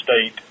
state